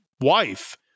wife